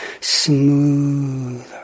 smoother